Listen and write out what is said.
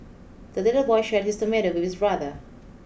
the little boy shared his tomato with his brother